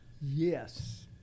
Yes